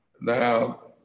Now